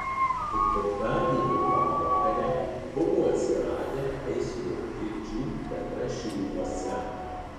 ketvirtadienio pavakarę buvo atsiradę eismo trikdžių petrašiūnuose